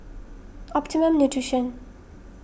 Optimum Nutrition